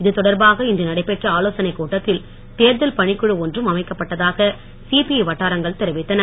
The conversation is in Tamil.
இது தொடர்பாக இன்று நடைபெற்ற ஆலோசனைக் கூட்டத்தில் தேர்தல் பணிக்குழு ஒன்றும் அமைக்கப்பட்டதாக சிபிஐ வட்டாரங்கள் தெரிவித்தன